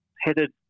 headed